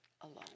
alone